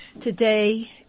Today